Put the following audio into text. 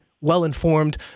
well-informed